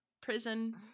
prison